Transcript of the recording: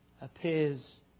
appears